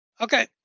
Okay